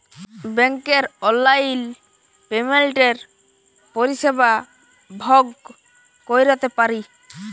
ব্যাংকের অললাইল পেমেল্টের পরিষেবা ভগ ক্যইরতে পারি